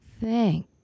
thank